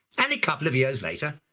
and a couple of years later,